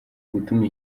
gutuma